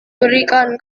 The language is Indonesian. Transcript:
berikan